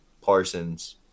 Parsons